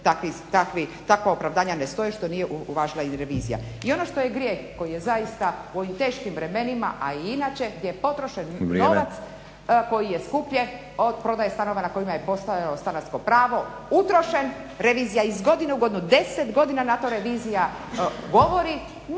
takva opravdanja ne stoje što nije uvažila i revizija. I ono što je grijeh, koji je zaista u ovim teškim vremenima a i inače je potrošen novac koji je skupljen od prodaje stanova na kojima je postojalo stanarsko pravo, utrošen, revizija iz godine u godinu, 10 godina na to revizija govori